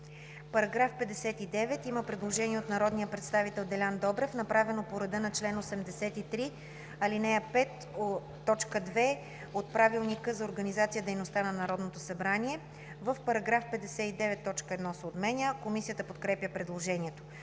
По § 59 има предложение от народния представител Делян Добрев, направено по реда на чл. 83, ал. 5, т. 2 от Правилника за организацията и дейността на Народното събрание, в § 59, т. 1 се отменя. Комисията подкрепя предложението.